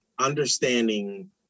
understanding